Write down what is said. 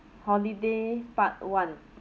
holiday part one